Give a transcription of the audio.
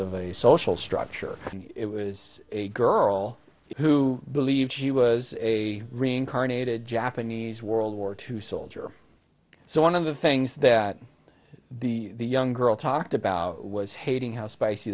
of social structure and it was a girl who believed she was a reincarnated japanese world war two soldier so one of the things that the young girl talked about was hating how spicy